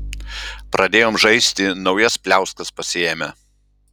pradėjom žaisti naujas pliauskas pasiėmę